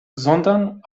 sondern